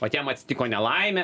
vat jam atsitiko nelaimė